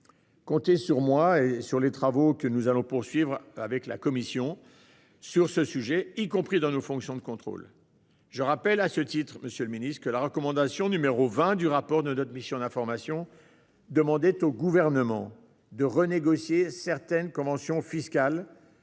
Comptez sur moi pour poursuivre les travaux de la commission sur le sujet, y compris dans nos fonctions de contrôle. Je rappelle à ce titre que la recommandation n° 20 du rapport de notre mission d'information demandait au Gouvernement de renégocier certaines conventions fiscales